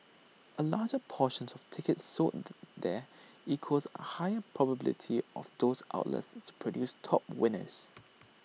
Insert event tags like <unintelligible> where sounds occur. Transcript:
A larger portion <unintelligible> tickets sold there equals are higher probability of those outlets to produce top winners